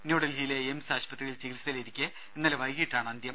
ന്യൂഡൽഹിയിലെ എയിംസ് ആശുപത്രിയിൽ ചികിത്സയിലിരിക്കെ ഇന്നലെ വൈകീട്ടാണ് അന്ത്യം